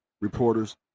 reporters